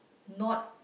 not